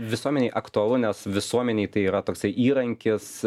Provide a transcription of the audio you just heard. visuomenei aktualu nes visuomenei tai yra toksai įrankis